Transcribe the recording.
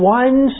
one